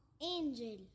Angel